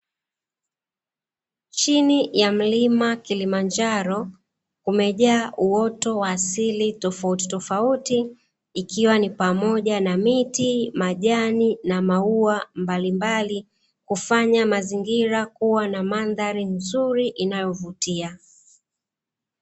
Chini ya mlima Kilimanjaro, kumejaa uoto wa asili tofauti tofauti ikiwa ni pamoja na; miti, majani na maua mbalimbali, hufanya mazingira kuwa na mandhari nzuri inayovutia.